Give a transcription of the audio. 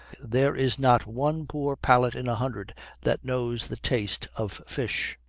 there is not one poor palate in a hundred that knows the taste of fish?